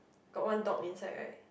got one dog inside right